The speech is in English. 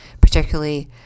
particularly